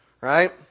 Right